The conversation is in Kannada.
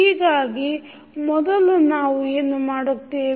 ಹೀಗಾಗಿ ಮೊದಲು ನಾವು ಏನು ಮಾಡುತ್ತೇವೆ